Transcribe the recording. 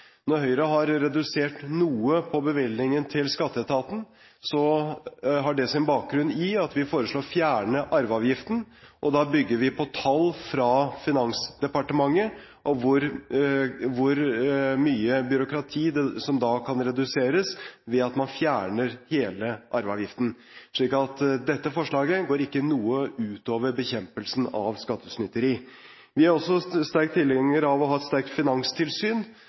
Når Høyre har redusert noe på bevilgningen til skatteetaten, har det sin bakgrunn i at vi foreslår å fjerne arveavgiften. Da bygger vi på tall fra Finansdepartementet om hvor mye byråkrati man kan redusere ved å fjerne hele arveavgiften, slik at dette forslaget går ikke ut over noe når det gjelder bekjempelsen av skattesnyteri. Vi er også sterk tilhenger av å ha et sterkt finanstilsyn.